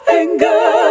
anger